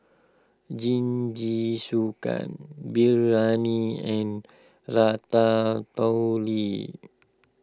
Jingisukan Biryani and Ratatouille